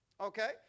Okay